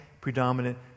predominant